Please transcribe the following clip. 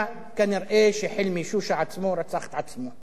כנראה חילמי שושא עצמו רצח את עצמו,